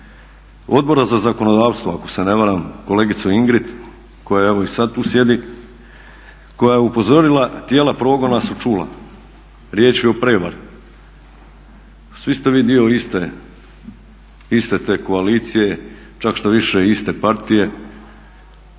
Odbora za zakonodavstvo ako se ne varam, kolegicu Ingrid koje evo i sada tu sjedi koja je upozorila tijela progona su čula, riječ je o prijevari. Svi ste vi dio iste te koalicije, čak štoviše iste partije,